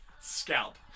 Scalp